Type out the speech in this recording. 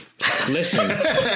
Listen